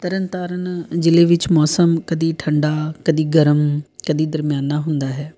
ਤਰਨ ਤਾਰਨ ਜ਼ਿਲ੍ਹੇ ਵਿੱਚ ਮੌਸਮ ਕਦੇ ਠੰਡਾ ਕਦੇ ਗਰਮ ਕਦੇ ਦਰਮਿਆਨਾ ਹੁੰਦਾ ਹੈ